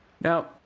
Now